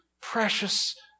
precious